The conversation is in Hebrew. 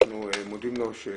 אנחנו מודים לו שהוא